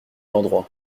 l’endroit